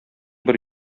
бер